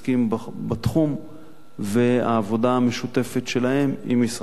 בתחום והעבודה המשותפת שלהם עם משרד החינוך.